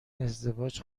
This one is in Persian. ازدواج